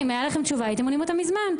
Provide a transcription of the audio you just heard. אם היה לכם תשובה הייתם עונים אותה מזמן.